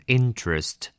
interest